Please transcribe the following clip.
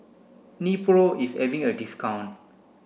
Nepro is having a discount